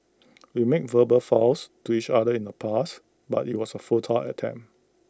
we made verbal vows to each other in the past but IT was A futile attempt